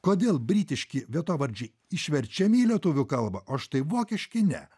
kodėl britiški vietovardžiai išverčiami į lietuvių kalbą o štai vokiški ne